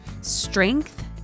strength